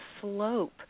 slope